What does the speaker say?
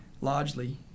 largely